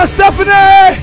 Stephanie